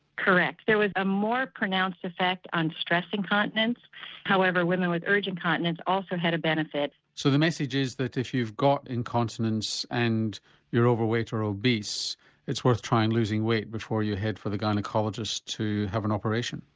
correct, there was a more pronounced effect on stress incontinence however women with urge incontinence also had a benefit. so the message is that if you've got incontinence and you're overweight or obese it's worth trying losing weight before you head for the gynaecologist to have an operation?